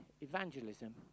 evangelism